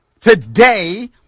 Today